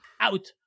out